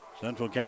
Central